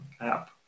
app